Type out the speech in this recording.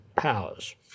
powers